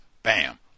Bam